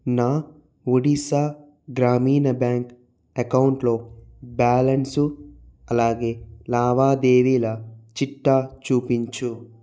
నా ఒడిసా గ్రామీణ బ్యాంక్ అకౌంట్లో బ్యాలన్సు అలాగే లావాదేవీల చిట్టా చూపించు